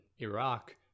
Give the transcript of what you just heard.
Iraq